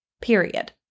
period